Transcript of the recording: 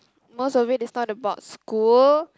most of it is not about school